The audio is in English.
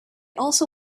also